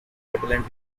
repellent